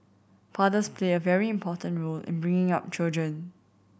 fathers play a very important role in bringing up children